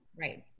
Right